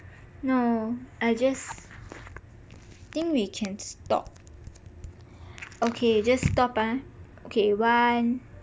no I just think we can stop okay just stop ah okay one